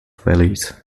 valleys